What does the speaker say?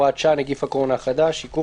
הוראת שעה) (נגיף הקורונה החדש) (עיכוב